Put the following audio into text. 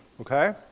Okay